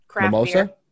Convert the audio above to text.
Mimosa